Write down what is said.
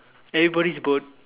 everybody's boat